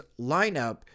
lineup